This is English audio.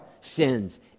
sins